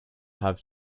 have